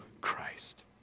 Christ